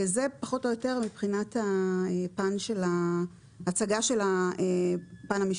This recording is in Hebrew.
זה פחות או יותר מבחינת ההצגה של הפן המשפטי.